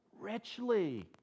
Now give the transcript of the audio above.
richly